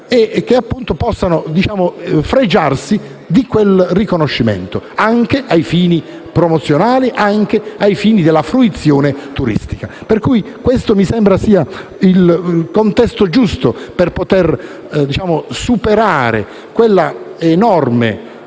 e che possano fregiarsi di tale riconoscimento anche ai fini promozionali e della fruizione turistica. Questo mi sembra sia il contesto giusto per poter superare quelle enormi